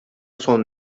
son